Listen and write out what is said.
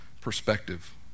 perspective